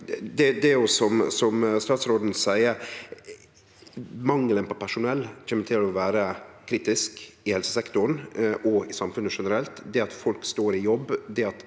dagen. Som statsråden seier, kjem mangelen på personell til å vere kritisk i helsesektoren og i samfunnet generelt. Det at folk står i jobb,